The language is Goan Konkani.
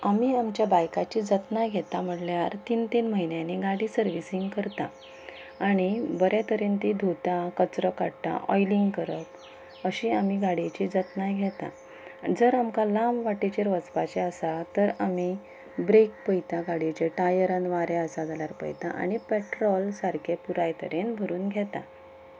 आमी आमच्या बायकाची जतनाय घेता म्हणल्यार तीन तीन म्हयन्यांनी गाडी सरविसींग करता आनी बऱ्या तरेन ती धुता कचरो काडटा ऑयलींग करप अशे आमी गाडयेची जतनाय घेता जर आमकां लांब वाटेचेर वचपाचे आसा तर आमी ब्रेक पळयता गाडयेच्या टायरान वारें आसा जाल्यार पळयता आनी पेट्रोल सारके पुराय तरेन भरून घेता